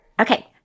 Okay